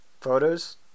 photos